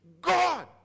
God